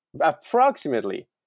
approximately